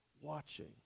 watching